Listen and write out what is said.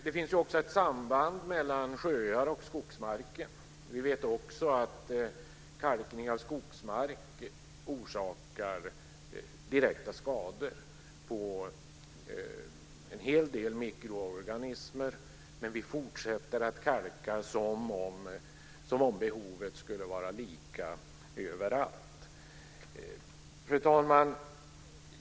Det finns också ett samband mellan sjöar och skogsmarken. Vi vet dessutom att kalkning av skogsmark orsakar direkta skador på en hel del mikroorganismer, men vi fortsätter att kalka som om behovet skulle vara lika överallt. Fru talman!